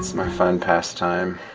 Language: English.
my fun pastime.